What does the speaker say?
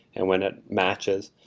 and when it matches,